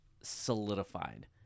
solidified